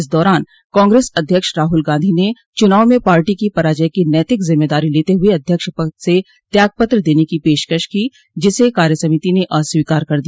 इस दौरान कांग्रेस अध्यक्ष राहुल गांधी ने चुनाव में पार्टी की पराजय की नैतिक जिम्मेदारी लेते हुए अध्यक्ष पद से त्यागपत्र देने की पेशकश की जिसे कार्य समिति ने अस्वीकार कर दिया